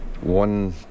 one